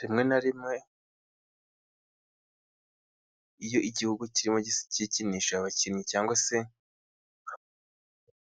Rimwe na rimwe iyo igihugu kirimo gikinisha abakinnyi, cyangwa se